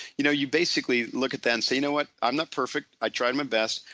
you know you basically look at them say you know what, i'm not perfect i tried my best.